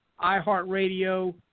iHeartRadio